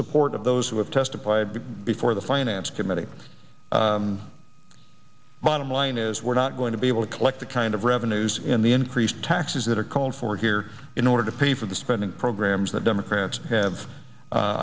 support of those who have testified before the finance committee bottom line is we're not going to be able to collect the kind of revenues in the increased taxes that are called for here in order to pay for the spending programs that democrats have